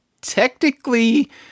technically